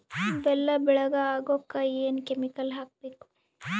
ಬೆಲ್ಲ ಬೆಳಗ ಆಗೋಕ ಏನ್ ಕೆಮಿಕಲ್ ಹಾಕ್ಬೇಕು?